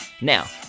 Now